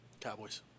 Cowboys